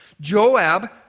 Joab